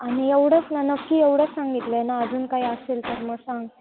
आणि एवढंच ना नक्की एवढंच सांगितलं आहे ना अजून काय असेल तर मग सांग